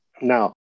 Now